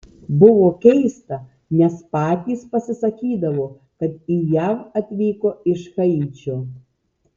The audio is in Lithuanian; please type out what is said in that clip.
buvo keista nes patys pasisakydavo kad į jav atvyko iš haičio